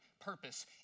purpose